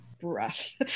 breath